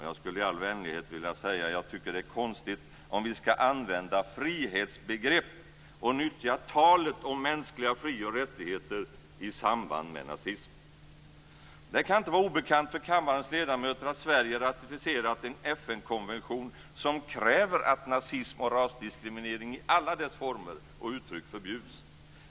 Jag skulle i all vänlighet vilja säga att jag tycker att det är konstigt om vi ska använda frihetsbegreppet och nyttja talet om mänskliga fri och rättigheter i samband med nazism. Det kan inte vara obekant för kammarens ledamöter att Sverige ratificerat en FN-konvention som kräver att nazism och rasdiskriminering i alla dess former och uttryck förbjuds.